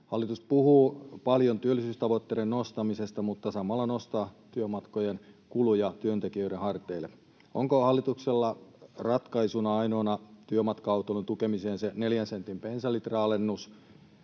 Hallitus puhuu paljon työllisyystavoitteiden nostamisesta mutta samalla nostaa työmatkojen kuluja työntekijöiden harteille. Onko hallituksella ainoana ratkaisuna työmatka-autoilun tukemiseen se neljän sentin bensalitran alennus